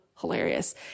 hilarious